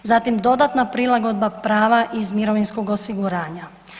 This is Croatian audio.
Zatim dodatna prilagodba prava iz mirovinskog osiguranja.